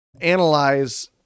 analyze